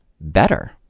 better